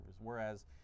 whereas